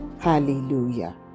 Hallelujah